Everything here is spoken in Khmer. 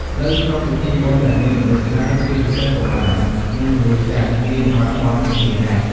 នៅក្នុងពិធីបុណ្យដែលមានមនុស្សច្រើន ជាពិសេសកុមារ និងមនុស្សចាស់ ងាយនឹងបាត់បង់គ្នាណាស់។